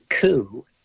coup